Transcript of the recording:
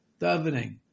davening